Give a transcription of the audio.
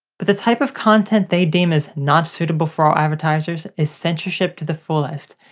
but the type of content they deem as not suitable for all advertisers is censorship to the fullest,